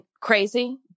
crazy